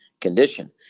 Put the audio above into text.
condition